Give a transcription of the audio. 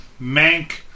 Mank